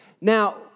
Now